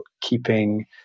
keeping